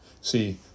See